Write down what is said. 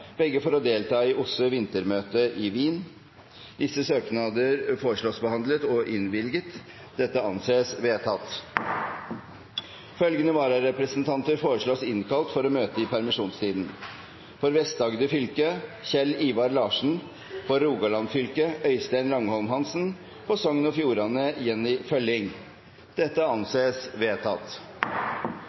begge for å delta i OSSEs parlamentariske forsamlings vintermøte i Wien Etter forslag fra presidenten ble enstemmig besluttet: Sakene behandles straks og innvilges. Følgende vararepresentanter innkalles for å møte i permisjonstiden: For Vest-Agder fylke: Kjell Ivar LarsenFor Rogaland fylke: Øystein Langholm HansenFor Sogn og Fjordane